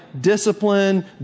discipline